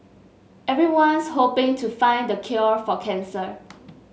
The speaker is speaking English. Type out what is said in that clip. everyone's hoping to find the cure for cancer